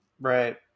Right